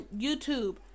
YouTube